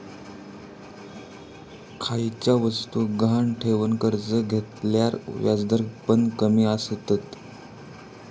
खयच्या वस्तुक गहाण ठेवन कर्ज घेतल्यार व्याजदर पण कमी आसतत